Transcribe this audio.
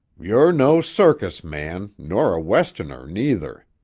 you're no circus man, nor a westerner, neither.